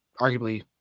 arguably